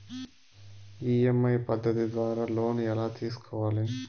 EMI పద్ధతి ద్వారా loan ఎలా తీసుకోవాలి